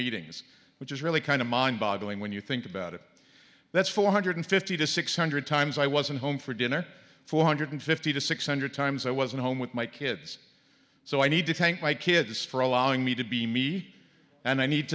meetings which is really kind of mind boggling when you think about it that's four hundred fifty to six hundred times i wasn't home for dinner four hundred fifty to six hundred times i wasn't home with my kids so i need to take my kids for allowing me to be me and i need